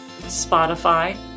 Spotify